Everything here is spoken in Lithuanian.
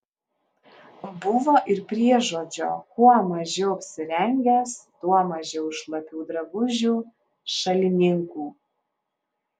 buvo ir priežodžio kuo mažiau apsirengęs tuo mažiau šlapių drabužių šalininkų